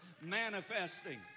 manifesting